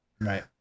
right